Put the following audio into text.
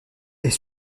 est